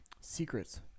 secrets